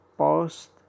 post